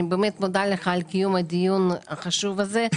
אני באמת מודה לך על קיום הדיון החשוב הזה.